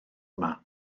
yma